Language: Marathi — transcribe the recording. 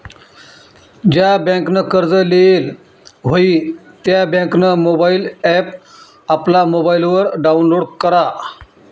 ज्या बँकनं कर्ज लेयेल व्हयी त्या बँकनं मोबाईल ॲप आपला मोबाईलवर डाऊनलोड करा